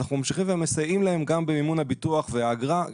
אנחנו ממשיכים ומסייעים להם גם במימון הביטוח והאגרה.